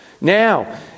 Now